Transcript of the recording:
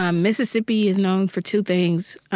um mississippi is known for two things,